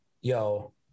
yo